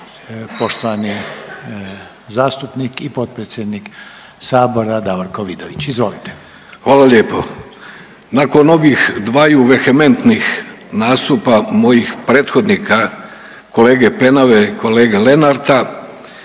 poštovani zastupnik i potpredsjednik Sabora Davorko Vidović. Izvolite. **Vidović, Davorko (Nezavisni)** Hvala lijepo. Nakon ovih dvaju vehementnih nastupa mojih prethodnika kolege Penave, kolege Lenarta